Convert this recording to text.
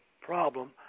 problem